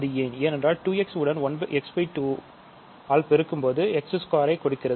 ஏனென்றால் 2x உடன் நீங்கள் x 2 ஆல் பெருக்கும்போது எனக்கு x2 ஐ கொடுக்கிறது